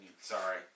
Sorry